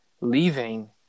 leaving